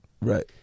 Right